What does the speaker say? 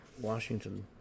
Washington